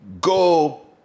go